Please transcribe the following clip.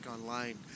online